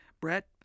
Brett